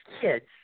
kids